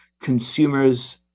consumers